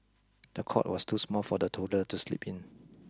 the cot was too small for the toddler to sleep in